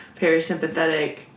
parasympathetic